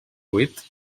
vuit